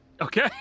Okay